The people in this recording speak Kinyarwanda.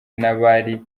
n’abari